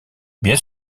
bien